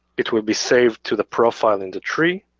it will be saved to the profile in the tree.